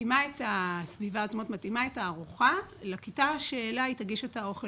מתאימה את הארוחה לכיתה שלה היא תגיש את האוכל.